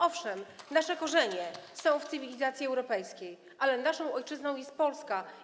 Owszem, nasze korzenie są w cywilizacji europejskiej, ale naszą ojczyzną jest Polska.